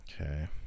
Okay